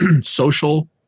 social